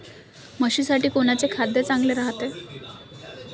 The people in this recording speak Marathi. म्हशीसाठी कोनचे खाद्य चांगलं रायते?